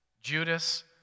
Judas